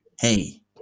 Hey